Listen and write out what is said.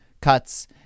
cuts